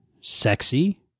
sexy